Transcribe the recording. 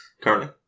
currently